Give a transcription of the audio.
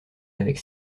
avec